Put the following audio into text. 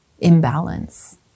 imbalance